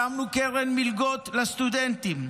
הקמנו קרן מלגות לסטודנטים,